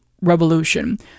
revolution